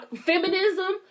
feminism